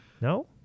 No